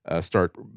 start